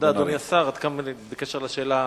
אדוני השר, בקשר לשאלה הקודמת,